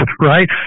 right